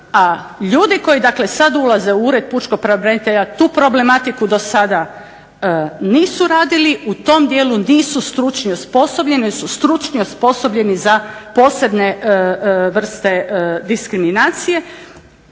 a ljudi koji dakle sad ulaze u ured pučkog pravobranitelja, tu problematiku do sada nisu radili, u tom dijelu nisu stručni, osposobljeni, jer su stručni, osposobljeni za posebne vrste diskriminacije